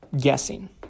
guessing